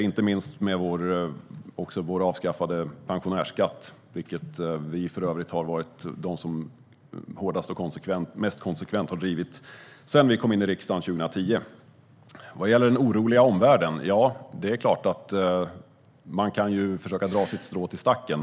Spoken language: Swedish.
Detta gäller inte minst vår avskaffade pensionärsskatt - en fråga som vi för övrigt har varit det parti som hårdast och mest konsekvent har drivit sedan vi kom in i riksdagen 2010. Vad gäller den oroliga omvärlden är det klart att man kan försöka dra sitt strå till stacken.